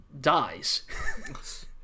dies